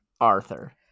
Arthur